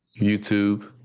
YouTube